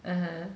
(uh huh)